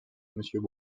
monsieur